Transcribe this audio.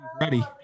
ready